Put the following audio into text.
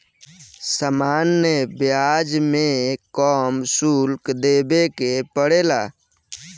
सामान्य ब्याज में कम शुल्क देबे के पड़ेला